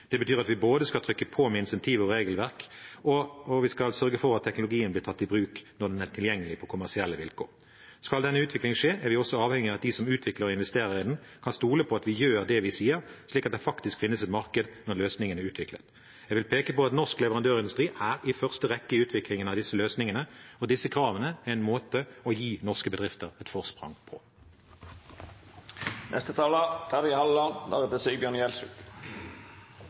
Det betyr at vi både skal trykke på med insentiver og regelverk, og at vi skal sørge for at teknologien blir tatt i bruk når den er tilgjengelig på kommersielle vilkår. Skal den utviklingen skje, er vi også avhengige av at de som utvikler den og investerer i den, kan stole på at vi gjør det vi sier, slik at det faktisk finnes et marked når løsningen er utviklet. Jeg vil peke på at norsk leverandørindustri er i første rekke i utviklingen av disse løsningene, og disse kravene er en måte å gi norske bedrifter et forsprang